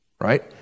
Right